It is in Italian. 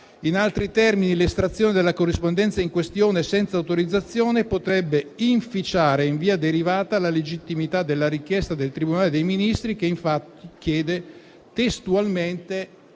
In altri termini, l'estrazione della corrispondenza in questione senza autorizzazione potrebbe inficiare in via derivata la legittimità della richiesta del Tribunale dei Ministri, che infatti chiede testualmente